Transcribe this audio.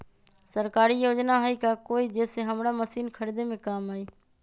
सरकारी योजना हई का कोइ जे से हमरा मशीन खरीदे में काम आई?